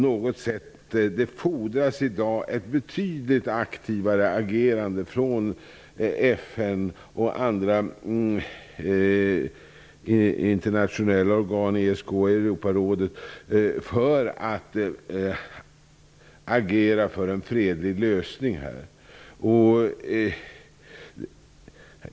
Det fordras i dag ett betydligt aktivare agerande från FN och andra internationella organ -- ESK och Europarådet -- för att man skall få till stånd en fredlig lösning.